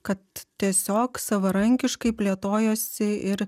kad tiesiog savarankiškai plėtojosi ir